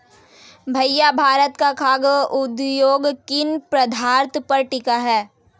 भैया भारत का खाघ उद्योग किन पदार्थ पर टिका हुआ है?